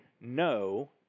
no